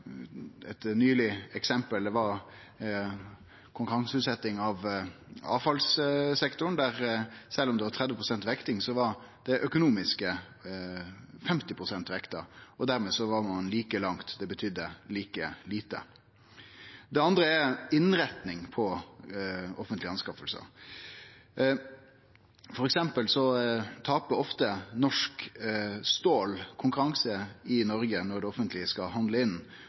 Eit eksempel nyleg var konkurranseutsetjing av avfallssektoren: Sjølv om ein har 30 pst. vekting, var det økonomiske vekta med 50 pst. – og dermed var ein like langt, det betydde like lite. Så er det innretninga av offentlege anskaffingar. For eksempel tapar ofte norsk stål konkurransen i Noreg når det offentlege skal handle inn,